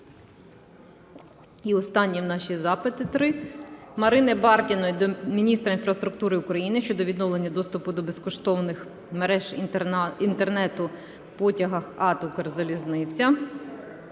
І останні наші запити три. Марини Бардіної до міністра інфраструктури України щодо відновлення доступу до безкоштовних мереж інтернету в потягах АТ "Укрзалізниця".